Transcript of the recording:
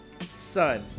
Son